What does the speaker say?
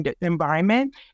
environment